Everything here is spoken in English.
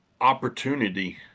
opportunity